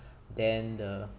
then the